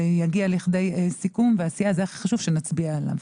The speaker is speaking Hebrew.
יגיע לכדי סיכום והכי חשוב שנצביע עליו.